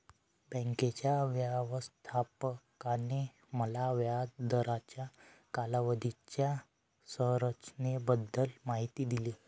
बँकेच्या व्यवस्थापकाने मला व्याज दराच्या कालावधीच्या संरचनेबद्दल माहिती दिली